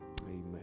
Amen